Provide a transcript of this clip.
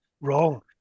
wrong